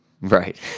Right